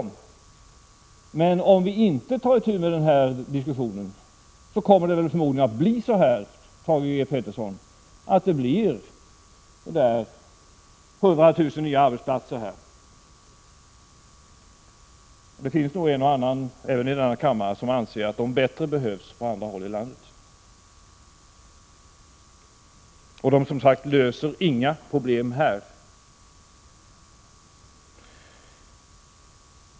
Men, Thage G. Peterson, om vi inte tar itu med denna diskussion så kommer det förmodligen att finnas 100 000 nya arbetsplatser här. Det finns nog även i denna kammare en och annan som anser att dessa behövs bättre på andra håll. De löser som sagt inga problem här.